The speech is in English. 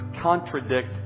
contradict